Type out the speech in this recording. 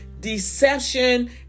deception